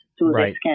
Right